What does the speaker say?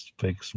fix